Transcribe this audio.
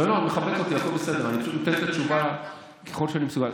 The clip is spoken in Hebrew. את מכבדת אותי, הכול בסדר.